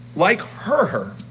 like her her